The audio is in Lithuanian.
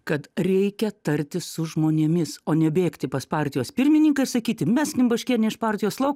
kad reikia tartis su žmonėmis o ne bėgti pas partijos pirmininką ir sakyti meskim baškienę iš partijos lauk